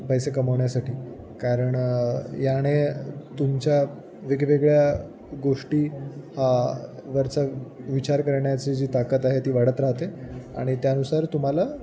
पैसे कमवण्यासाठी कारण याने तुमच्या वेगवेगळ्या गोष्टी हा वरचा विचार करण्याची जी ताकद आहे ती वाढत राहते आणि त्यानुसार तुम्हाला